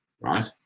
Right